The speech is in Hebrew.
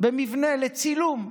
במבנה לצילום,